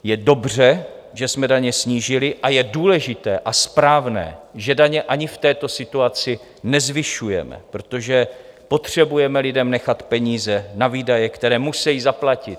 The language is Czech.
Je dobře, že jsme daně snížili, a je důležité a správné, že daně ani v této situaci nezvyšujeme, protože potřebujeme lidem nechat peníze na výdaje, které musejí zaplatit.